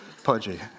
pudgy